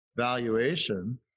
valuation